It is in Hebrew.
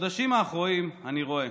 בחודשים האחרונים אני רואה